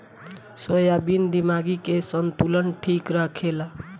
soybean दिमागी के संतुलन ठीक रखेला